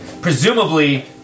Presumably